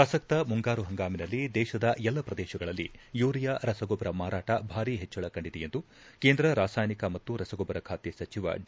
ಪ್ರಸಕ್ತ ಮುಂಗಾರು ಹಂಗಾಮಿನಲ್ಲಿ ದೇಶದ ಎಲ್ಲ ಪ್ರದೇಶಗಳಲ್ಲಿ ಯೂರಿಯಾ ರಸಗೊಬ್ಬರ ಮಾರಾಟ ಭಾರೀ ಹೆಚ್ಚಳ ಕಂಡಿದೆ ಎಂದು ಕೇಂದ್ರ ರಾಸಾಯನಿಕ ಮತ್ತು ರಸಗೊಬ್ಬರಗಳ ಖಾತೆ ಸಚಿವ ಡಿ